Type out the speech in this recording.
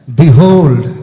behold